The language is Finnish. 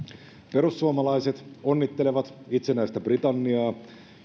perussuomalaiset onnittelevat itsenäistä britanniaa